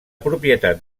propietat